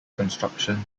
construction